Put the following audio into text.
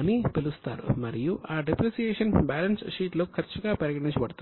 అని పిలుస్తారు మరియు ఆ డిప్రిసియేషన్ బ్యాలెన్స్ షీట్లో ఖర్చుగా పరిగణించబడుతుంది